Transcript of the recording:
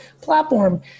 platform